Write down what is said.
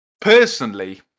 Personally